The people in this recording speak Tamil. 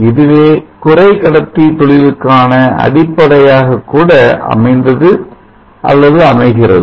இதுவே குறைகடத்தி தொழிலுக்கான அடிப்படையாகக் கூட அமைந்தது அல்லது அமைகிறது